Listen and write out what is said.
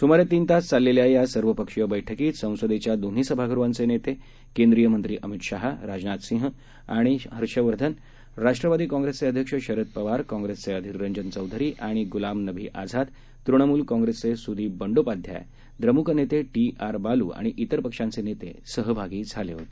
स्मारे तीन तास चाललेल्या या सर्वपक्षीय बैठकीत संसदेच्या दोन्ही सभागृहांचे नेते केंद्रीय मंत्री अमित शहा राजनाथ सिंग आणि हर्षवर्धन राष्ट्रवादी काँग्रेसचे अध्यक्ष शरद पवार काँग्रेसचे अधिर रंजन चौधरी आणि ग्लाम नबी आझाद तृणमूल काँग्रेसचे सूदीप बंडोपाध्याय द्रम्क नेते टी आर बालू आणि इतर पक्षांचे नेते सहभागी झाले होते